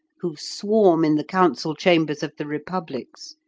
who swarm in the council-chambers of the republics,